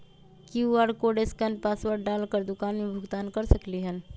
QR code scan password डाल कर दुकान में भुगतान कर सकलीहल?